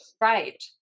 Right